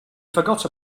forgot